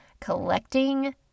collecting